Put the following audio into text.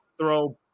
throw